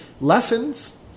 lessons